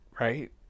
Right